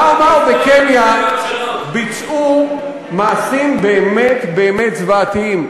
ה"מאו-מאו" בקניה ביצעו מעשים באמת באמת זוועתיים.